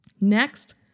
Next